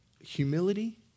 humility